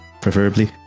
preferably